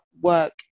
work